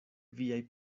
viaj